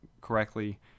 correctly